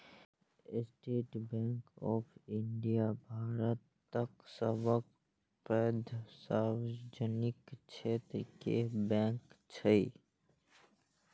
state Bank of India भारतक सबसं पैघ सार्वजनिक क्षेत्र के बैंक छियै